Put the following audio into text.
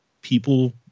people